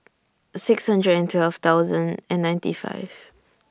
six hundred and twelve thousand and ninety five